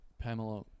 Pamela